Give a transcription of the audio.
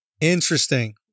Interesting